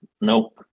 Nope